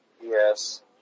Yes